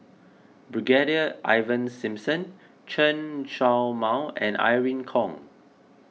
Brigadier Ivan Simson Chen Show Mao and Irene Khong